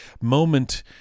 moment